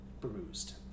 bruised